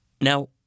Now